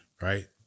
right